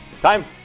Time